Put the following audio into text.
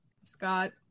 scott